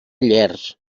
llers